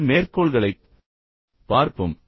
இந்த மேற்கோள்களைப் பார்ப்போம்